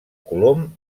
colom